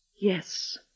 Yes